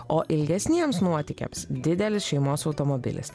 o ilgesniems nuotykiams didelis šeimos automobilis